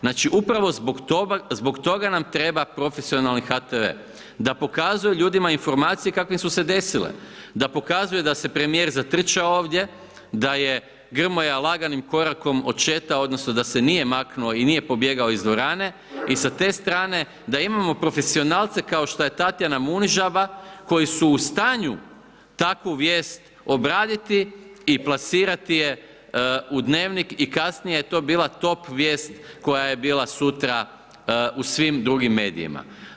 Znači, upravo zbog toga nam treba profesionalni HTV, da pokazuju ljudima informacije kakvim su se desile, da pokazuje da se premijer zatrčao ovdje, da je Grmoja laganim korakom odšetao odnosno da se nije maknuo i nije pobjegao iz dvorane i sa te strane da imamo profesionalce kao što je Tatjana Munižaba koji su u stanju takvu vijest obraditi i plasirati je u Dnevnik i kasnije je to bila top vijest koja je bila sutra u svim drugim medijima.